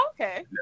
Okay